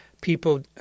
people